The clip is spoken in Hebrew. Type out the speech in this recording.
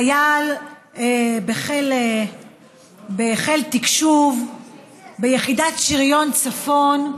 חייל בחיל תקשוב ביחידת שריון צפון,